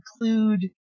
include